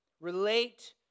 relate